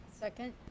Second